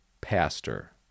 pastor